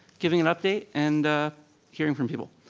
giving an update and hearing from people.